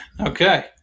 Okay